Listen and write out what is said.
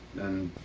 then